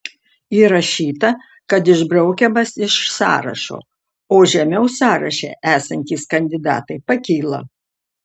įrašyta kad išbraukiamas iš sąrašo o žemiau sąraše esantys kandidatai pakyla